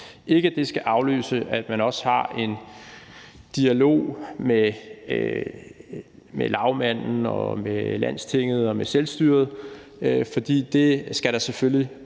ikke at det skal afløse, at man også har en dialog med lagmanden og med Landstinget og med selvstyret, for det skal der selvfølgelig